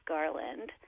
Garland